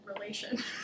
relation